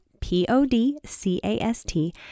P-O-D-C-A-S-T